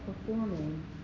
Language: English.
performing